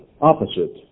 opposite